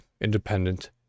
independent